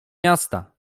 miasta